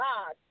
God